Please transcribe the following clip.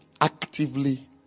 actively